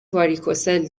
واریکوسل